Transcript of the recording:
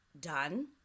done